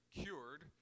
cured